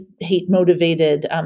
hate-motivated